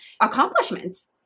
accomplishments